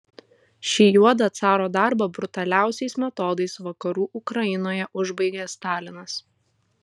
šį juodą caro darbą brutaliausiais metodais vakarų ukrainoje užbaigė stalinas